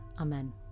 Amen